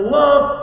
love